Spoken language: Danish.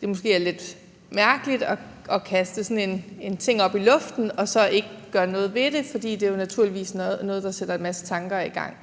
det måske er lidt mærkeligt at kaste sådan en ting op i luften og så ikke gøre noget ved det, fordi det naturligvis også er noget, der sætter en masse tanker i gang.